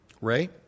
Ray